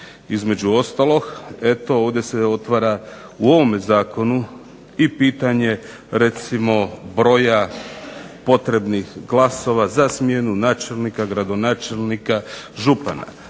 Između ostalog eto ovdje se otvara u ovom zakonu i pitanje recimo broja potrebnih glasova za smjenu načelnika, gradonačelnika, župana.